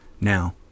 Now